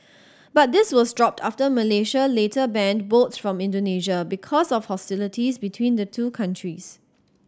but this was dropped after Malaysia later banned boats from Indonesia because of hostilities between the two countries